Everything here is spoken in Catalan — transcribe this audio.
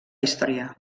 història